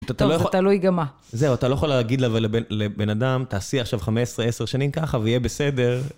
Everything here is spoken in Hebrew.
תלוי גם מה. זהו, אתה לא יכול להגיד לבן אדם, תעשי עכשיו חמש, עשר שנים ככה ויהיה בסדר.